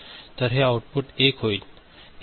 आहे तर हे आउटपुट 1 होईल